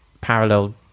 parallel